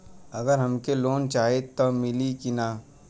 अगर हमके लोन चाही त मिली की ना?